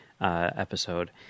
episode